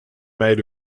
made